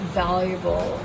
valuable